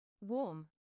Warm